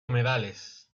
humedales